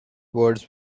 words